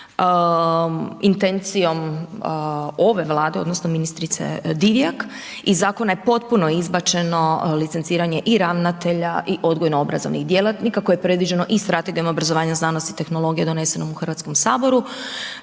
intencijom ove Vlade, odnosno ministrice Divjak, iz zakona je potpuno izbačeno licenciranje i ravnatelja i odgojno obrazovnih djelatnika koje je predviđeno i Strategijom obrazovanja, znanosti i tehnologija donesenom u Hrvatskom saboru